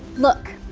look,